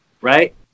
right